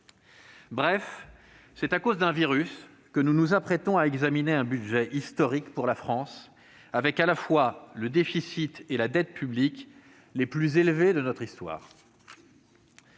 Bref, c'est à cause d'un virus que nous nous apprêtons à examiner un budget historique pour la France, avec à la fois le déficit et la dette publics les plus élevés de notre histoire.